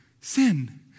sin